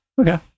Okay